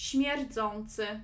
Śmierdzący